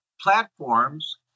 platforms